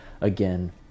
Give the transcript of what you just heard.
again